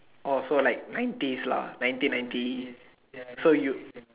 oh so like nineties lah nineteen ninety so you